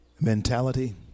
mentality